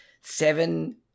seven